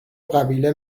قبیله